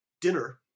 dinner